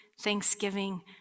thanksgiving